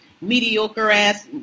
mediocre-ass